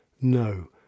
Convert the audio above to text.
No